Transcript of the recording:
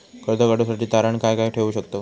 कर्ज काढूसाठी तारण काय काय ठेवू शकतव?